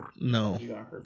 No